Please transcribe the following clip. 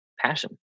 passion